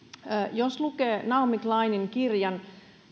jos lukee naomi kleinin kirjan